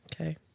Okay